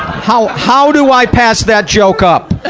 how, how do i pass that joke up?